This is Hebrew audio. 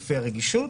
לפי הרגישות.